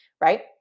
Right